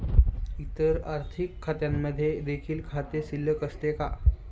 इतर आर्थिक खात्यांमध्ये देखील खाते शिल्लक असते का?